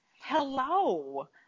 Hello